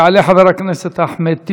יעלה חבר הכנסת אחמד טיבי,